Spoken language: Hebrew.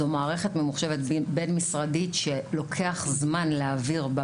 זו מערכת ממוחשבת בין-משרדית שלוקח זמן להעביר בה,